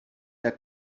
der